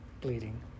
bleeding